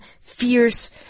fierce